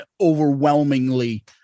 overwhelmingly